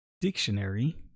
dictionary